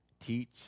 teach